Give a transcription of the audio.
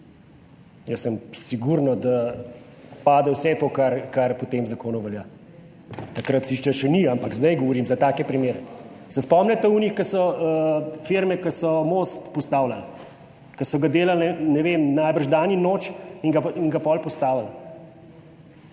Jaz sem sigurno, da pade vse to kar po tem zakonu velja, takrat sicer še ni, ampak zdaj govorim za take primere. Se spomnite onih, ki so, firme, ki so most postavljali, ki so ga delali, ne vem, najbrž dan in noč in ga in ga potem postavili?